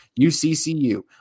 UCCU